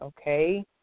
okay